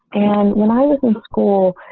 and when i was in school.